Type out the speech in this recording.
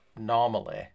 normally